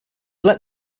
let